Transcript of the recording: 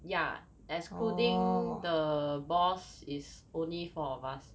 ya excluding the boss is only four of us